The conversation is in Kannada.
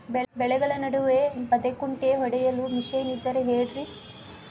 ಬೆಳೆಗಳ ನಡುವೆ ಬದೆಕುಂಟೆ ಹೊಡೆಯಲು ಮಿಷನ್ ಇದ್ದರೆ ಹೇಳಿರಿ